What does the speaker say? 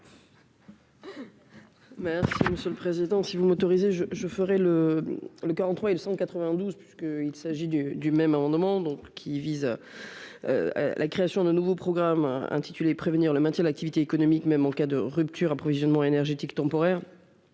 Merci monsieur le président si vous m'autorisez, je je ferais le le 43 et le 192 puisque il s'agit du du même amendement donc qui vise à la création de nouveau programme intitulé prévenir le maintien, l'activité économique, même en cas de rupture d'approvisionnement énergétique temporaire